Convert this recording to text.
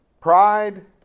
Pride